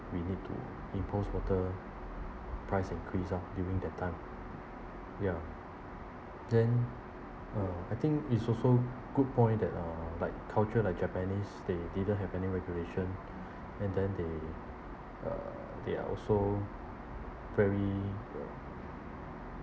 we need to impose water price increase up during that time ya then uh I think it's also good point that uh like culture like japanese they didn't have any regulation and then they uh they are also very uh